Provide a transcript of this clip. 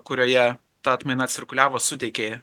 kurioje ta atmaina cirkuliavo suteikė